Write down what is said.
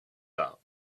out